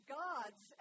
gods